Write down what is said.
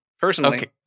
personally